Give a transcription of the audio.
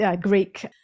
Greek